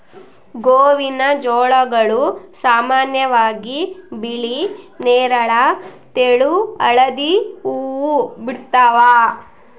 ಗೋವಿನಜೋಳಗಳು ಸಾಮಾನ್ಯವಾಗಿ ಬಿಳಿ ನೇರಳ ತೆಳು ಹಳದಿ ಹೂವು ಬಿಡ್ತವ